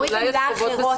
אולי להוריד את המילה "אחרות",